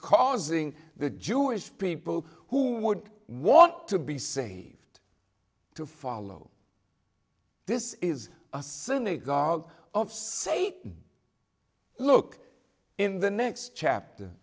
causing the jewish people who would want to be saved to follow this is a synagogue of satan look in the next chapter